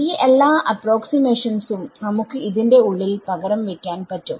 ഈ എല്ലാ അപ്രോക്സിമാഷൻസും നമുക്ക് ഇതിന്റെ ഉള്ളിൽ പകരം വെക്കാൻ പറ്റും